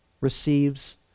receives